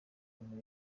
muri